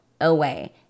away